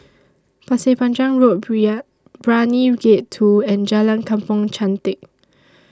Pasir Panjang Road Brani Gate two and Jalan Kampong Chantek